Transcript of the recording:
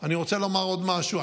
אני רוצה לומר עוד משהו,